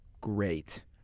great